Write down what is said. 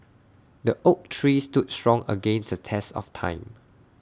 the oak tree stood strong against the test of time